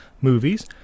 movies